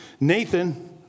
Nathan